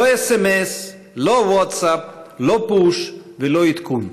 לא סמ"ס, לא ווטסאפ, לא פוש ולא עדכון.